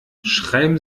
schreiben